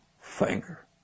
finger